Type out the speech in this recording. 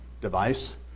device